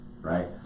right